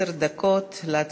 תודה רבה לך, סגן השר.